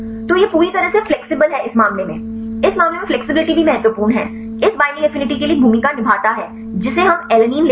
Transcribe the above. तो यह पूरी तरह से फ्लेक्सिबल है इस मामले में फ्लेक्सिबिलिटी भी महत्वपूर्ण है इस बईंडिंग एफिनिटी के लिए एक भूमिका निभाता है जिसे हम अलैनिन लेते हैं